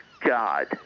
God